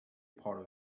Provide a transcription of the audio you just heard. part